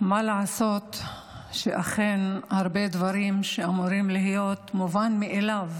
מה לעשות שאכן הרבה דברים שאמורים להיות מובן מאליו,